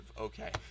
Okay